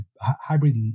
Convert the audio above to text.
hybrid